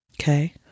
Okay